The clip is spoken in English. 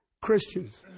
Christians